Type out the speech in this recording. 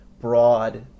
broad